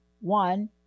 one